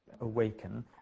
awaken